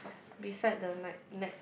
beside the ni~ net